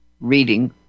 reading